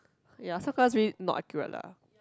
ya some colours really not accurate lah